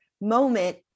moment